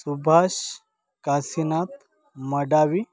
Subhash Kashinath Madavi